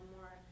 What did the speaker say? more